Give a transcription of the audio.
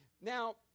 Now